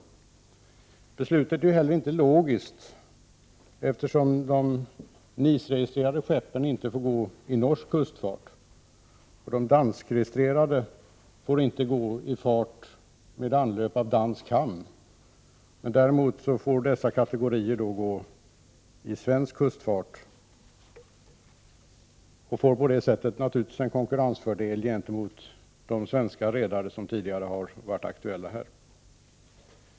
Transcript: Beslutet är inte heller logiskt, eftersom de NIS-registrerade skeppen inte får gå i norsk kustfart och de danskregistrerade inte får gå i fart med anlöpande av dansk hamn. Däremot får dessa kategorier skepp gå i svensk kustfart och får på det sättet naturligtvis en konkurrensfördel gentemot de svenska redare som tidigare har varit aktuella här.